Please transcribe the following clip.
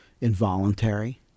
involuntary